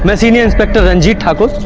um senior inspector ranjit thakur.